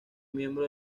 miembro